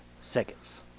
seconds